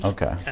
okay,